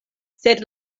sed